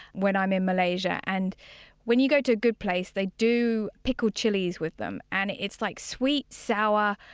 when i'm in malaysia. and when you go to a good place, they do pickled chilies with them, and it's like sweet, sour,